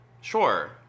Sure